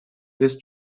this